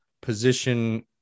position